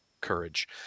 courage